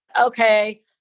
okay